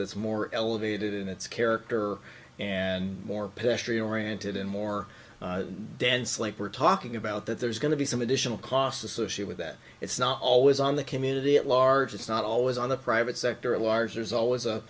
that's more elevated in its character and more pedestrian oriented and more dense like we're talking about that there's going to be some additional costs associate with that it's not always on the community at large it's not always on the private sector at large there's always a